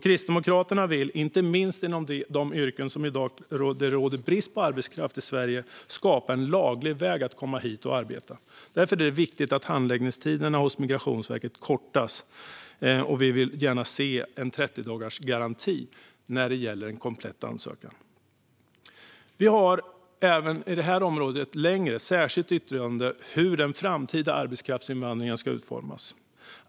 Kristdemokraterna vill, inte minst inom de yrken där det i dag råder brist på arbetskraft i Sverige, skapa en laglig väg att komma hit och arbeta. Därför är det viktigt att handläggningstiderna hos Migrationsverket kortas. Vi vill gärna se en 30-dagarsgaranti när det gäller en komplett ansökan. Vi har även på detta område ett särskilt yttrande om hur den framtida arbetskraftsinvandringen ska utformas.